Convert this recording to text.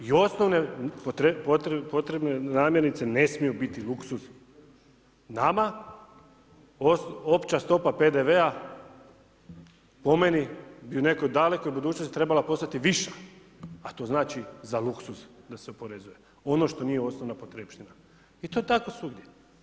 I osnovne potrebne namjernice, ne smiju biti luksuz, nama, opća stopa PDV-a, po meni i u nekoj dalekoj budućnosti bi trebala postati viša, a to znači za luksuz, da se oporezuje, ono što nije osnovna potrepština i to tako svugdje.